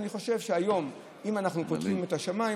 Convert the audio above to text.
אני חושב שהיום אם אנחנו פותחים את השמיים,